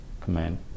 command